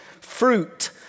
fruit